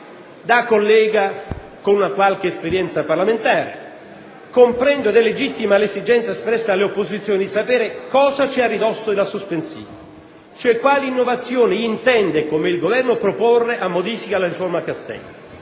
Da collega con una qualche esperienza parlamentare comprendo la legittima esigenza espressa dalle opposizioni di sapere cosa c'è a ridosso della sospensiva, cioè quali innovazioni intende con me il Governo proporre a modifica della riforma Castelli.